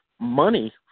money